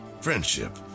friendship